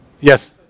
Yes